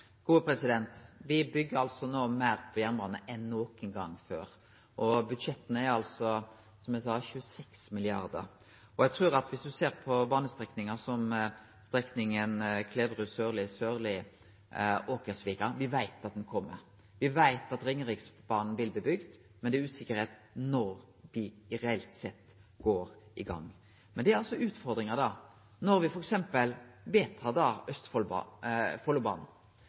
no meir jernbane enn nokon gong før. Budsjettet er no, som eg sa, på 26 mrd. kr. Viss ein ser på banestrekningar som Kleverud–Sørli–Åkersvika, veit me at det kjem. Me veit at Ringeriksbanen vil bli bygd, men det er usikkerheit om når me reelt sett går i gang. Men det er utfordringar: Da